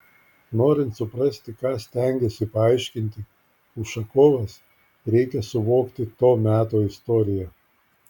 norint suprasti ką stengėsi paaiškinti ušakovas reikia suvokti to meto istoriją